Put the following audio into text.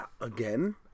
Again